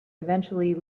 eventually